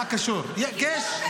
--- היא לא נותנת לחקור.